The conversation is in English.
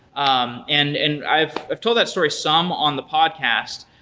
um and and i've i've told that story sum on the podcast.